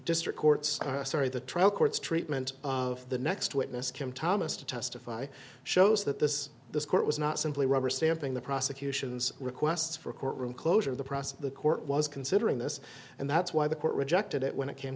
district courts sorry the trial courts treatment of the next witness came thomas to testify shows that this this court was not simply rubber stamping the prosecution's requests for a courtroom closure of the process the court was considering this and that's why the court rejected it when it came